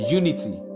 unity